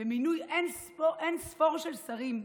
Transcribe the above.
במינוי אין-ספור של שרים,